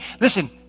listen